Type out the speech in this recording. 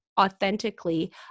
authentically